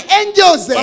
angels